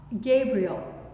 Gabriel